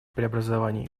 преобразований